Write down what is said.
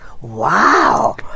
wow